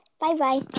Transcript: Bye-bye